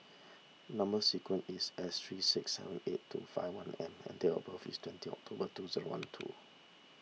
Number Sequence is S three six seven eight two five one M and date of birth is twenty October two zero one two